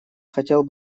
хотел